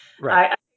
Right